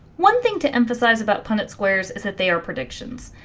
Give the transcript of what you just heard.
one thing to emphasize about punnett squares is that they are predictions.